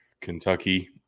Kentucky